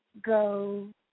go